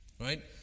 right